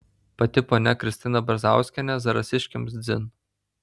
pati ponia kristina brazauskienė zarasiškiams dzin